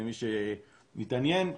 למי שמתעניין.